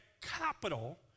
capital